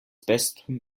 bestem